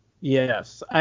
Yes